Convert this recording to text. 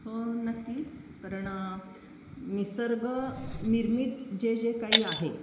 हो नक्कीच कारण निसर्गनिर्मित जे जे काही आहे